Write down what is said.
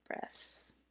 breaths